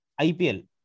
IPL